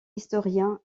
historien